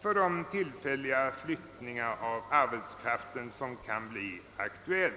för de tillfälliga flyttningar av arbetskraften som kan bli aktuella.